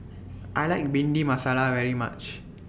I like Bhindi Masala very much